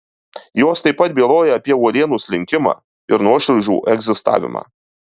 jos taip pat byloja apie uolienų slinkimą ir nuošliaužų egzistavimą